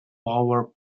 power